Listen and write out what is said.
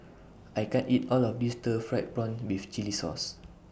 I can't eat All of This Stir Fried Prawn with Chili Sauce